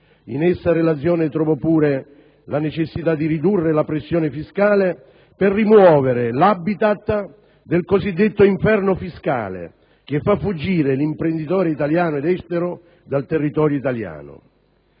dell'impresa, nonché la necessità di ridurre la pressione fiscale per rimuovere l'*habitat* del cosiddetto inferno fiscale, che fa fuggire l'imprenditore italiano ed estero dal territorio italiano.